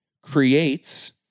creates